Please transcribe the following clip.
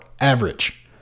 average